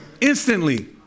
Instantly